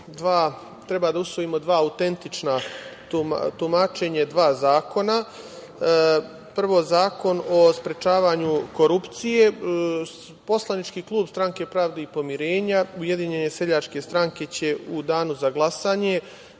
treba da usvojimo dva autentična, tumačenje dva zakona. Prvo Zakon o sprečavanju korupcije. Poslanički klub Pravde i pomirenja, Ujedinjene seljačke stranke će u Danu za glasanje